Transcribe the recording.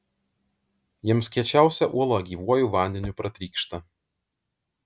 jiems kiečiausia uola gyvuoju vandeniu pratrykšta